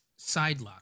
sidelock